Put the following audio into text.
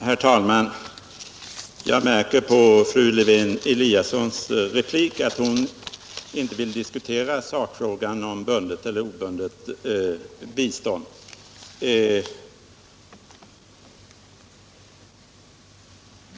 Herr talman! Jag märker på fru Lewén-Eliassons replik att hon inte Internationellt utvecklingssamar vill diskutera sakfrågan om bundet eller obundet bistånd.